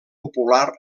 popular